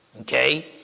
okay